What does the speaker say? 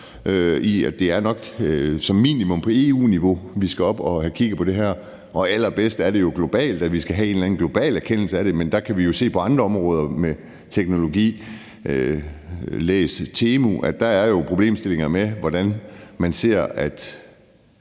Det er nok som minimum på EU-niveau vi skal op og have kigget på det her, og allerbedst er det jo, at vi skal have en eller anden global erkendelse af det, men der kan vi se på andre områder med teknologi – læs: Temu – at der jo er problemstillinger med, hvordan man ser på